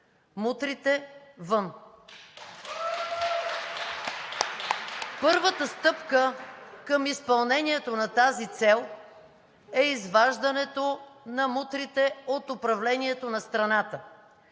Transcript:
от ИСМВ.) Първата стъпка към изпълнението на тази цел е изваждането на мутрите от управлението на страната.